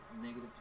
negative